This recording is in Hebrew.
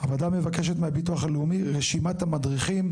8. הוועדה מבקשת מהביטוח הלאומי רשימת המדריכים,